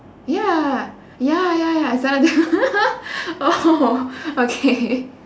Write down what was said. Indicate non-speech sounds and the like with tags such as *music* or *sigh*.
ya ya ya ya I signed up that *laughs* oh okay *laughs*